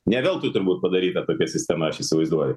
ne veltui turbūt padaryta tokia sistema aš įsivaizduoju